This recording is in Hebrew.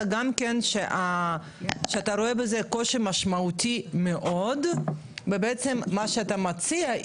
גם כן שאתה רואה בזה קושי משמעותי מאוד ומה שאתה מציע,